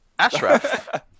ashraf